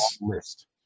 list